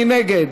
מי נגד?